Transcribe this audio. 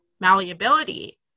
malleability